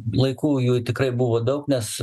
laikų jų tikrai buvo daug nes